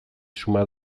suma